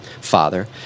Father